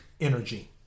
energy